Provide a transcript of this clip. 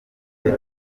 uyu